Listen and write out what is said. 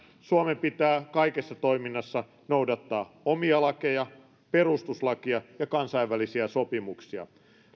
suomen pitää kaikessa toiminnassa noudattaa omia lakeja perustuslakia ja kansainvälisiä sopimuksia